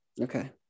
Okay